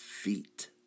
feet